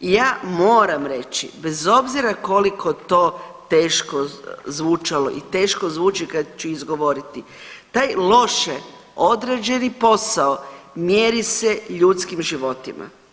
i ja moram reći bez obzira koliko to teško zvučalo i teško zvuči kad ću izgovoriti, taj loše odrađeni posao mjeri se ljudskim životima.